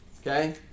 Okay